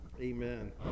Amen